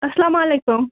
اَسلام علیکُم